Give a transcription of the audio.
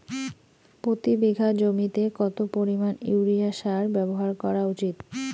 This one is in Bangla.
প্রতি বিঘা জমিতে কত পরিমাণ ইউরিয়া সার ব্যবহার করা উচিৎ?